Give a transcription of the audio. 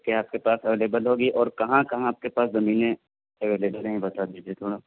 کیا آپ کے پاس اویلیبل ہوگی اور کہاں کہاں آپ کے پاس زمینیں اویلیبل ہیں بتا دیجیے تھوڑا